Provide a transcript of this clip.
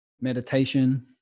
meditation